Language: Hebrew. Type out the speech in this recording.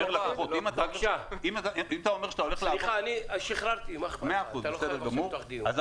אנא, אני לא אקבל דיווח כזה.